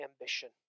ambition